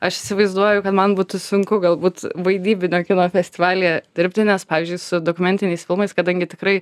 aš įsivaizduoju kad man būtų sunku galbūt vaidybinio kino festivalyje dirbti nes pavyzdžiui su dokumentiniais filmais kadangi tikrai